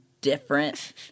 different